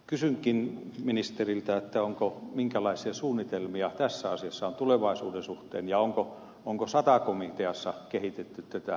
kysynkin ministeriltä minkälaisia suunnitelmia tässä asiassa on tulevaisuuden suhteen ja onko sata komiteassa kehitetty tätä